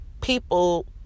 people